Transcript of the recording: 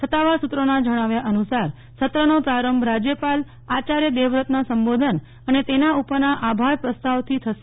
સત્તાવાર સુત્રોના જણાવ્યા અનુસાર સત્રનો પ્રારંભ રાજ્યપાલ આચાર્ય દેવવ્રતના સંબોધન અને તેના ઉપરના આભાર પ્રસ્તાવથી થશે